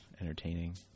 entertaining